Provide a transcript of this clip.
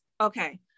okay